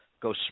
go